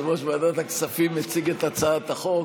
יושב-ראש ועדת הכספים מציג את הצעת החוק.